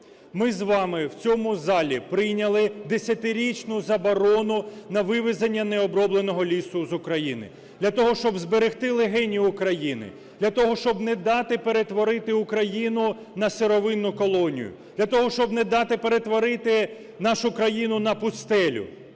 Ми з вами в цьому залі прийняли десятирічну заборону на вивезення необробленого лісу з України для того, щоб зберегти легені України, для того, щоб не дати перетворити Україну на сировинну колонію, для того, щоб не дати перетворити нашу країну на пустелю.